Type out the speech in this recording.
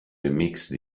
remix